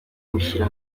gushyira